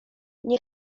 nie